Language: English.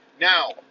Now